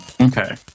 Okay